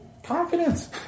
confidence